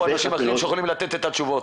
אנשים אחרים שהיו יכולים לתת את התשובות.